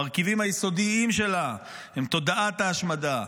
המרכיבים היסודיים שלה הם תודעת ההשמדה,